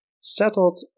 settled